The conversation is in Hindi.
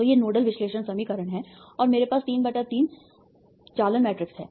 तो ये नोडल विश्लेषण समीकरण हैं और मेरे पास 33 चालन मैट्रिक्स है